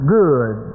good